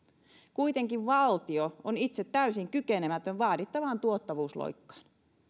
kuitenkin valtio on itse täysin kykenemätön vaadittavaan tuottavuusloikkaan